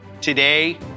Today